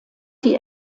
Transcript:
die